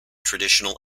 traditional